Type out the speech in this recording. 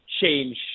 change